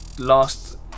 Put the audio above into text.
Last